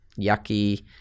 yucky